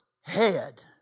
head